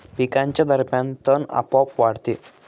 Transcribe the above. पिकांच्या दरम्यान तण आपोआप वाढते